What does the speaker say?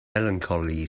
melancholy